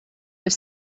have